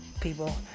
people